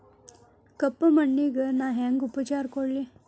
ಕಪ್ಪ ಮಣ್ಣಿಗ ನಾ ಹೆಂಗ್ ಉಪಚಾರ ಕೊಡ್ಲಿ?